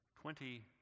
twenty